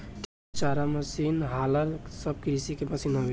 tractor, चारा machine, हालर सब कृषि के मशीन हवे